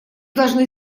должны